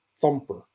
thumper